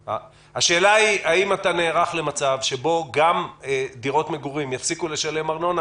השאלה היא האם אתה נערך למצב שבו גם דירות מגורים יפסיקו לשלם ארנונה,